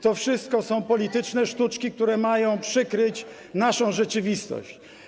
To wszystko są polityczne sztuczki, które mają przykryć naszą rzeczywistość.